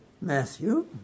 Matthew